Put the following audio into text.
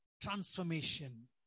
transformation